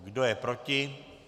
Kdo je proti?